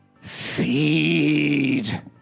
Feed